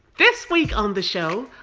this week on the show,